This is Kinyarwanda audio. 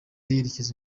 yerekeje